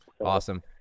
Awesome